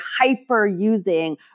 hyper-using